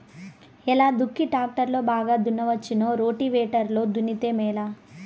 ఎలా దుక్కి టాక్టర్ లో బాగా దున్నవచ్చునా రోటివేటర్ లో దున్నితే మేలా?